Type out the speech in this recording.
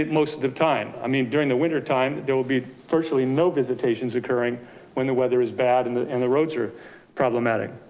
most of the time. i mean, during the winter time, there will be virtually no visitations occurring when the weather is bad and the and the roads are problematic,